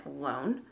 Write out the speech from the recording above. alone